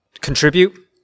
contribute